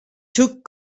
took